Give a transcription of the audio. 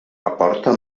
aporta